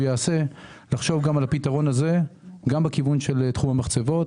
יקיים לחשוב גם על הפתרון הזה בכיוון תחום המחצבות.